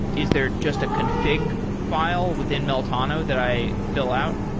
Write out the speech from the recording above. is there just a config file within meltano that i fill out?